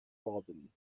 robin